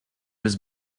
was